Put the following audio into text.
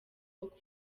walk